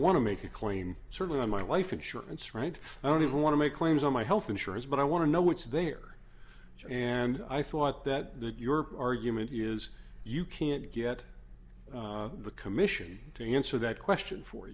want to make a claim certainly on my life insurance right i don't even want to make claims on my health insurance but i want to know what's there and i thought that that york argument is you can't get the commission to answer that question for